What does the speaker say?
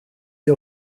sie